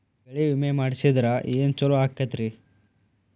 ಬೆಳಿ ವಿಮೆ ಮಾಡಿಸಿದ್ರ ಏನ್ ಛಲೋ ಆಕತ್ರಿ?